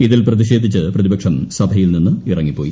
ഇതിൽ പ്രതിഷേധിച്ച് പ്രതിപക്ഷം സഭയിൽ നിന്ന് ഇറങ്ങിപ്പോയി